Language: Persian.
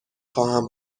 خواهم